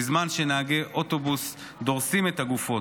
בזמן שנהגי אוטובוס דורסים את הגופות.